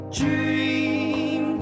dream